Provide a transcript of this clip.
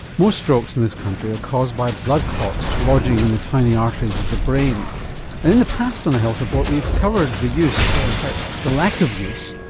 most strokes in this country are caused by blood clots lodging in the tiny arteries of the brain and in the past on the health report we've covered the use, or in fact the lack of use,